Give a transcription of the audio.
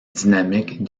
dynamique